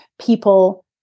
people